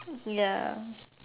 ya